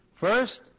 First